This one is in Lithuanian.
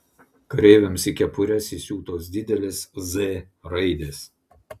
kareiviams į kepures įsiūtos didelės z raidės